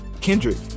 Kendrick